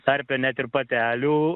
tarpe net ir patelių